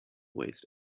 waste